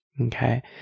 Okay